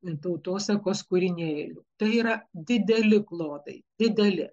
tautosakos kūrinėlių tai yra dideli klodai dideli